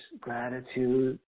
gratitude